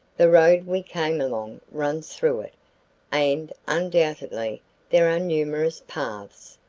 the road we came along runs through it and undoubtedly there are numerous paths.